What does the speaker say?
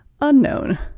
unknown